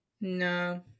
No